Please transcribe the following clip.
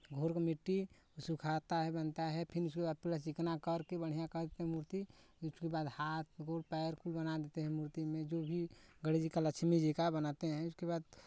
घोल को मिट्टी वो सुखाता है बनता है फिर उसको आ प्लस चिकना करके बढ़ियाँ कर के मूर्ती उसके बाद हाथ गोर पैर कुल बना देते हैं मूर्ती में जो भी गणेश जी का लक्ष्मी जी का बनाते हैं उसके बाद